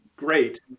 great